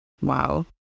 Wow